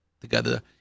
together